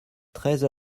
treize